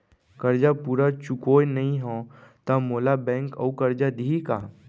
करजा पूरा चुकोय नई हव त मोला बैंक अऊ करजा दिही का?